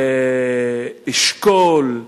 אשכול,